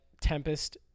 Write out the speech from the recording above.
Tempest